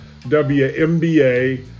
WMBA